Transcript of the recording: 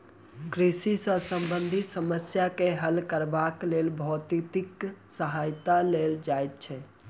कृषि सॅ संबंधित समस्या के हल करबाक लेल भौतिकीक सहारा लेल जाइत छै